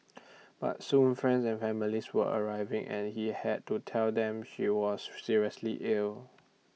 but soon friends and families were arriving and he had to tell them she was seriously ill